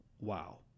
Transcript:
Wow